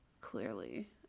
Clearly